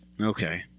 Okay